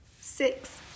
six